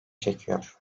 çekiyor